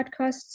podcasts